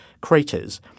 craters